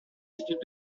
études